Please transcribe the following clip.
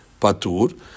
Patur